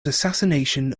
assassination